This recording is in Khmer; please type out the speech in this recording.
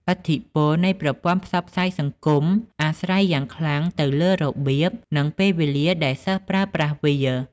ឥទ្ធិពលនៃប្រព័ន្ធផ្សព្វផ្សាយសង្គមអាស្រ័យយ៉ាងខ្លាំងទៅលើរបៀប និងពេលវេលាដែលសិស្សប្រើប្រាស់វា។